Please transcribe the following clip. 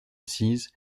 assises